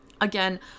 Again